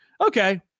Okay